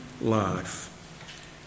life